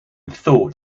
thought